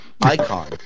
icon